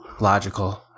logical